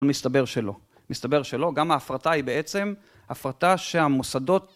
מסתבר שלא, מסתבר שלא, גם ההפרטה היא בעצם הפרטה שהמוסדות